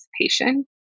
participation